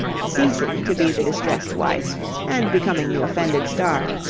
ceasing to be the distressed wife and becoming the offended star.